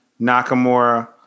Nakamura